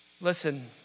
Listen